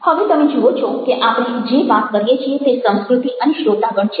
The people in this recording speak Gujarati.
હવે તમે જુઓ છો કે આપણે જે વાત કરીએ છીએ તે સંસ્કૃતિ અને શ્રોતાગણ છે